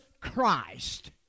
Christ